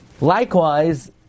Likewise